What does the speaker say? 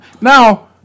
Now